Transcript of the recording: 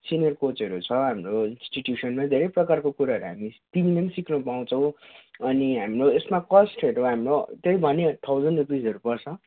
senior कोचहरू छ हाम्रो इन्स्टिट्युसनमा हामी धेरै प्रकारको कुराहरू हामी तिमीले पनि सिक्नु पाउँछौ अनि हाम्रो यसमा कस्टहरू हाम्रो त्यही भनिहाल्यो थाउजन रुपिसहरू पर्छ